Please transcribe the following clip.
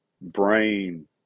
brain